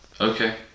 Okay